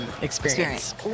experience